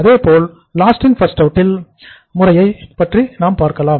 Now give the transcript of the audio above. இதைப்போலவே last in first out முறையைப் பற்றியும் நாம் பார்க்கலாம்